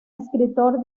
escritor